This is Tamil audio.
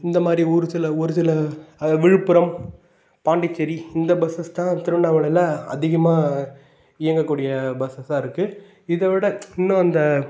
இந்த மாதிரி ஒரு சில ஒரு சில அது விழுப்புரம் பாண்டிச்சேரி இந்த பஸ்ஸஸ் தான் திருவண்ணாமலையில் அதிகமாக இயங்கக்கூடிய பஸ்ஸஸ்ஸாக இருக்குது இதைவிட இன்னும் அந்த